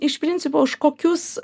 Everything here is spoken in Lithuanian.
iš principo už kokius